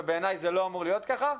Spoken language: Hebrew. ובעיניי זה לא אמור להיות ככה,